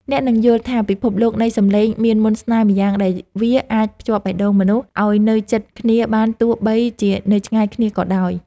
អ្នកនឹងយល់ថាពិភពលោកនៃសំឡេងមានមន្តស្នេហ៍ម្យ៉ាងដែលវាអាចភ្ជាប់បេះដូងមនុស្សឱ្យនៅជិតគ្នាបានទោះបីជានៅឆ្ងាយគ្នាក៏ដោយ។